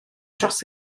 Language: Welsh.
dros